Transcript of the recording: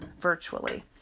virtually